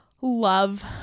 love